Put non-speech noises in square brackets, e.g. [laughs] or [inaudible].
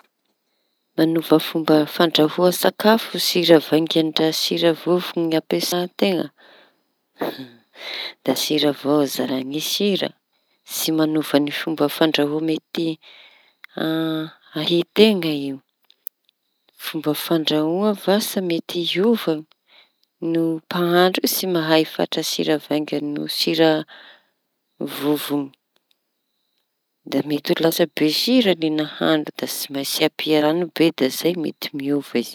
Mañova fomba fandrahoa tsakafo sir a vaingañy ndra sira vovoñy no ampiasana teña. [laughs] Da sira avao aza raha ny sira, tsy mañova ny fomba fandrahoa mety a- ahia teña io. Fomba fandrahoa vasa mety hiova no mpahandro tsy mahay fatra sira vaingañy no sira vovoñy. Da mety ho lasa be sira ny ñahandro da tsy maintsy ampia raño be da zay mety miova izy.